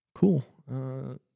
Cool